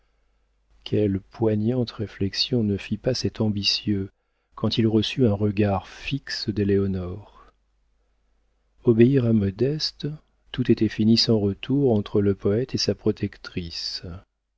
quelles poignantes réflexions ne fit pas cet ambitieux quand il reçut un regard fixe d'éléonore obéir à modeste tout était fini sans retour entre le poëte et sa protectrice